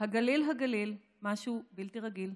"הגליל, הגליל \ משהו בלתי רגיל.